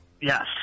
Yes